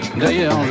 D'ailleurs